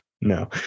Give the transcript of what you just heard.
no